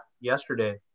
yesterday